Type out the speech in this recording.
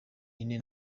ine